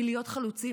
היא להיות חלוצים,